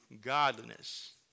godliness